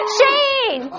Shane